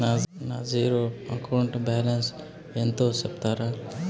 నా zero account balance ఎంతో సెప్తారా?